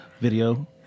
video